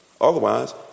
Otherwise